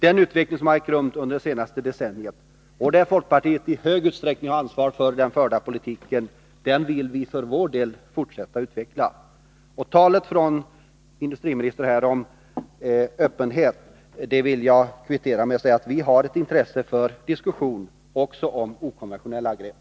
Det som ägt rum under de senaste decennierna, varvid folkpartiet i stor utsträckning har haft ansvar för den förda politiken, vill vi för vår del fortsätta att utveckla. Talet från industriministern om öppenhet vill jag kvittera med att säga att vi har ett intresse för diskussion också om okonventionella grepp.